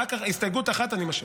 רק הסתייגות אחת אני משאיר.